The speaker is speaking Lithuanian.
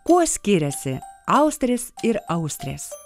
kuo skiriasi austrės ir austrės